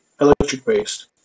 electric-based